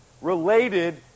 related